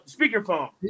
Speakerphone